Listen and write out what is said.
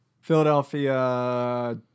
Philadelphia